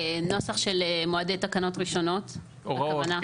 נוסח של מועדי תקנות ראשונות הכוונה?